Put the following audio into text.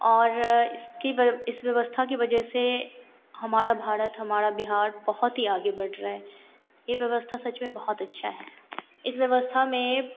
और इसकी इस व्यवस्था की वजह से हमारा भारत हमारा बिहार बहुत ही आगे बढ़ रहा है यह व्यवस्था सच में बहुत अच्छी है इस व्यवस्था में